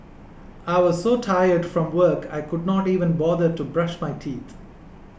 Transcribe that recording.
I was so tired from work I could not even bother to brush my teeth